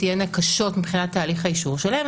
תהיינה קשות מבחינת תהליך האישור שלהן,